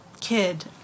kid